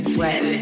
Sweat